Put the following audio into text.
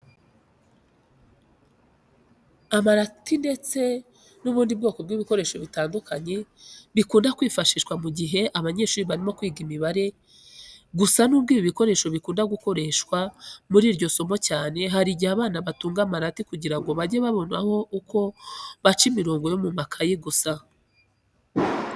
Amarati ndetse n'ubundi bwoko bw'ibikoresho bitandukanye bikunda kwifashishwa mu gihe abanyeshuri barimo kwiga imibare. Gusa nubwo ibi bikoresho bikunda gukoreshwa muri iryo somo cyane, hari igihe abana batunga amarati kugira ngo bajye babona uko baca imirongo yo mu makayi gusa.